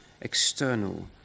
external